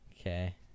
Okay